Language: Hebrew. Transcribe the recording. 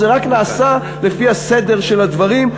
זה רק נעשה לפי הסדר של הדברים,